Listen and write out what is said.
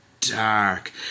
dark